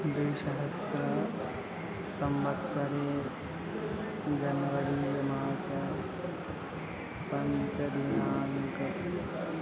द्विसहस्रसंवत्सरे जन्वरीय मासः पञ्चमदिनाङ्कः